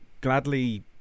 gladly